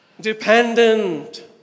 Dependent